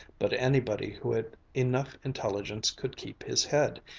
but anybody who had enough intelligence could keep his head,